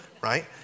right